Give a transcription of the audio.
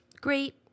Great